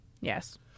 Yes